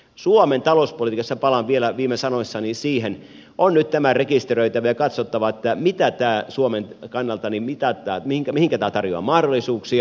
suomen talouspolitiikassa palaan vielä viime sanoissani siihen on nyt tämä rekisteröitävä ja katsottava mihinkä tämä suomen kannalta tarjoaa mahdollisuuksia